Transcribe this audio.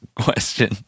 question